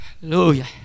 Hallelujah